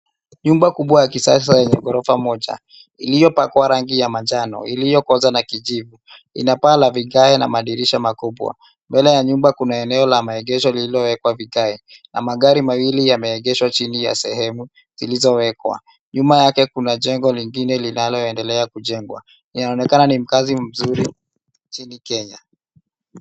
Nyumba kubwa ya kisasa yenye ghorofa moja iliyopakwa rangi ya manjano iliyokozwa na kijivu ina paa la vigae na madirisha makubwa. Mbele ya nyumba kuna eneo la maegesho lililowekwa vigae na magari mawili yameegeshwa chini ya sehemu zilizowekwa . Nyuma yake kuna jengo lingine linaloendelea kujengwa inaonekana ni mkazi mzuri nchini Kenya.